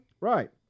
Right